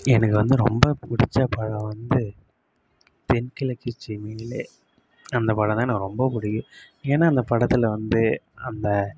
எனக்கு வந்து ரொம்ப பிடிச்ச படம் வந்து தென் கிழக்கு சீமையிலே அந்த படந்தான் எனக்கு ரொம்ப பிடிக்கும் ஏன்னா அந்த படத்தில் வந்து அந்த